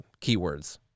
keywords